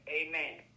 amen